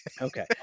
okay